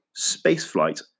spaceflight